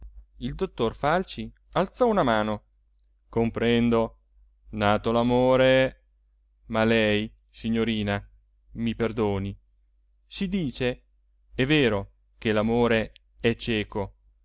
il dottor falci alzò una mano comprendo nato l'amore ma lei signorina mi perdoni si dice è vero che l'amore è cieco